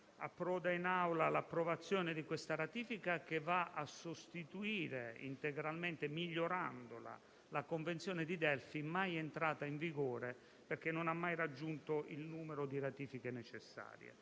approda in Aula la ratifica di questa convenzione, che va a sostituire integralmente, migliorandola, la Convenzione di Delfi, mai entrata in vigore perché non ha mai raggiunto il numero di ratifiche necessarie.